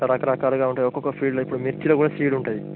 రకరకాలుగా ఉంటాయి ఒక్కొక్క సీడ్లో ఇప్పుడు మిర్చిలో కూడా సీడ్ ఉంటుంది